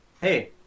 Hey